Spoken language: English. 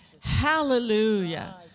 Hallelujah